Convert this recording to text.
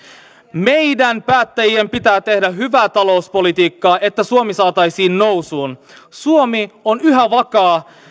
meidän päättäjien pitää tehdä hyvää talouspolitiikkaa että suomi saataisiin nousuun suomi on yhä vakaa